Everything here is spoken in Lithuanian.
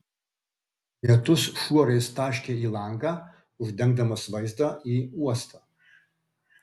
lietus šuorais taškė į langą uždengdamas vaizdą į uostą